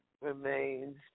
remains